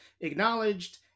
acknowledged